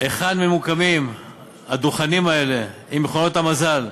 היכן ממוקמים הדוכנים האלה עם מכונות המזל.